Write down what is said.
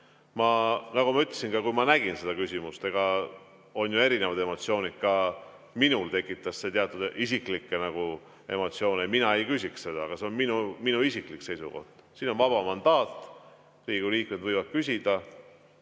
Nagu ma ütlesin, kui ma nägin seda küsimust, on ju erinevad emotsioonid, ka minul tekitas see teatud isiklikke emotsioone ja mina ei küsiks seda, aga see on minu isiklik seisukoht. Siin on vaba mandaat. Riigikogu liikmed võivad küsida.